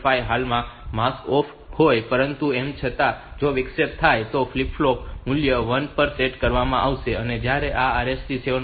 5 હાલમાં mask off હોય પરંતુ તેમ છતાં જો વિક્ષેપ થાય તો ફ્લિપ ફ્લોપ મૂલ્ય 1 પર સેટ કરવામાં આવશે અને જ્યારે આ RST 7